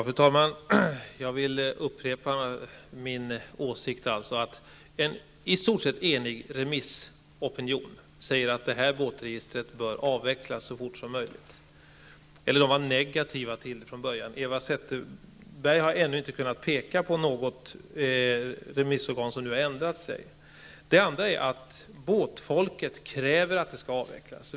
Fru talman! Jag vill upprepa min åsikt: En i stort sett enig remissopinion säger att det här båtregistret bör avvecklas så fort som möjligt, eller man var negativ från början. Eva Zetterberg har ännu inte kunnat påpeka något remissorgan som har ändrat sig. Det andra är att båtfolket kräver att registret skall avskaffas.